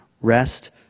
rest